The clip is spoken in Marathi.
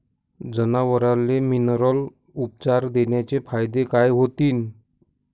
जनावराले मिनरल उपचार देण्याचे फायदे काय होतीन?